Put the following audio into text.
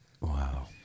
Wow